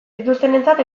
dituztenentzat